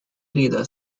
leader